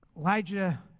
Elijah